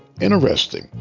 interesting